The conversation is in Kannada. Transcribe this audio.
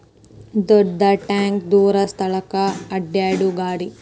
ದೊಡ್ಡ ಟ್ಯಾಂಕ ದೂರ ಸ್ಥಳಕ್ಕ ಅಡ್ಯಾಡು ಗಾಡಿ